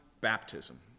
baptism